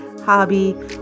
hobby